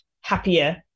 happier